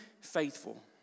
faithful